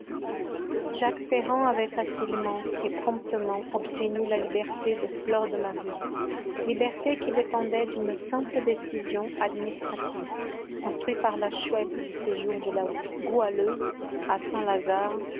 jacques ferrand avait facilement et promptement obtenu la liberté de fleur de marie liberté qui dépendait d'une simple décision administrative instruit par la chouette du séjour de la goualeuse à saint-lazare